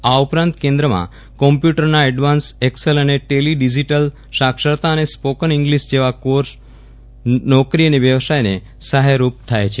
આ ઉપરાંત કેન્દ્રમાં કોમ્પ્યુટરનાં એડવાન્સ એક્સેલ અને ટેલી ડીઝીટલ સાક્ષરતાઅને સ્પોકન ઈંગ્લીશ જેવા કોર્ષ જેવા કોર્ષ નોકરી અને સ્વવ્યવસાયને સહ્રાયરૂપ થાય છે